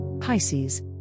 Pisces